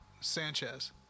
Sanchez